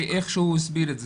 איך שהוא הסביר את זה.